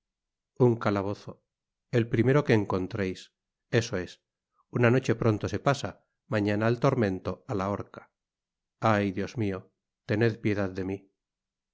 un calabozo el primero que encontreis eso es una noche pronto se pasa mañana al tormento á la horca ay dios mio tened piedad de mí